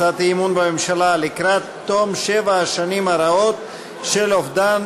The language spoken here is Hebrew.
הצעת אי-אמון בממשלה: לקראת תום שבע השנים הרעות של אובדן